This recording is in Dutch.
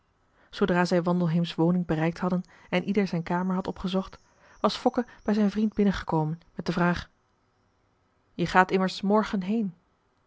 zoodra zij wandelheems woning bereikt hadden en ieder zijn kamer had opgezocht was fokke bij zijn vriend binnengekomen met de vraag je gaat immers morgen heen